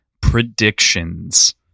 predictions